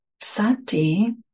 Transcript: sati